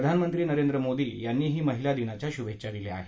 प्रधानमंत्री नरेंद्र मोदी यांनीही महिला दिनाच्या शुभेच्छा दिल्या आहेत